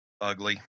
ugly